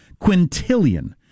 Quintillion